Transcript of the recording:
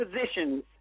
positions